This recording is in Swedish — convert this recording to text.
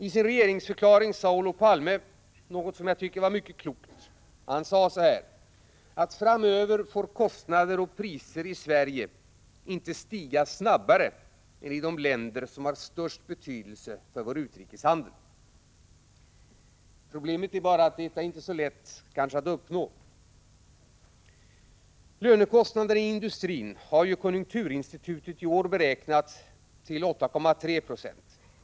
I sin regeringsförklaring sade Olof Palme något som jag tycker var mycket klokt: ”Framöver får kostnader och priser i Sverige inte stiga snabbare än i de länder som har störst betydelse för vår utrikeshandel.” Problemet är bara att detta kanske inte är så lätt att uppnå. Lönekostnaderna inom industrin har av konjunkturinstitutet beräknats stiga med 8,3 26 i år.